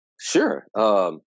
Sure